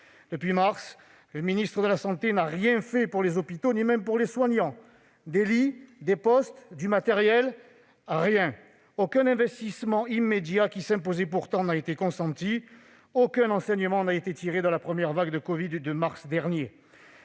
Depuis mars dernier, le ministre de la santé n'a rien fait pour les hôpitaux ni même pour les soignants. Des lits, des postes, du matériel ? Rien ! Aucun investissement immédiat, qui s'imposait pourtant, n'a été consenti. Aucun enseignement n'a été tiré de la première vague de covid de mars dernier.